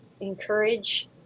encourage